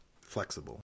flexible